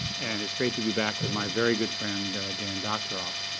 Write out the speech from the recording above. and it's great to be back with my very good friend, dan doctoroff,